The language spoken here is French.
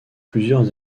plusieurs